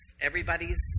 Everybody's